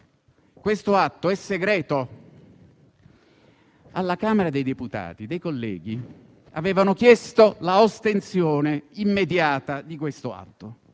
un atto segreto. Alla Camera dei deputati alcuni colleghi avevano chiesto l'ostensione immediata di questo atto.